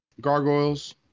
gargoyles